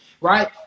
right